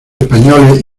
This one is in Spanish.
españoles